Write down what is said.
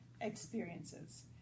experiences